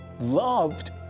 Loved